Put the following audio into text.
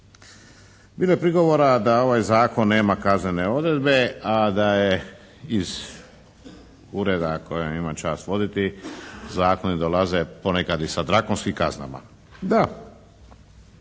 Bilo je prigovora da ovaj Zakon nema kaznene odredbe, a da je iz ureda koji ja imam čast voditi zakoni dolaze ponekad i sa drakonskim kaznama. Da.